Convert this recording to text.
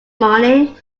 morning